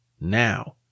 now